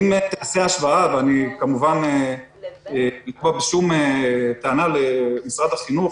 אם תיעשה השוואה וכמובן אין פה שום טענה למשרד החינוך,